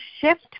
shift